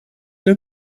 new